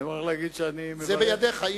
זה בידיך.